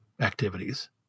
activities